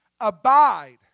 abide